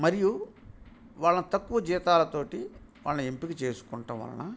మరియు వాళ్ళని తక్కువ జీతాల తోటివాళ్ళను ఎంపిక చేసుకోవడం వలన